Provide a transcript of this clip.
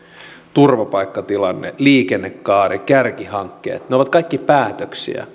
turvapaikkatilanne liikennekaari kärkihankkeet ne ovat kaikki päätöksiä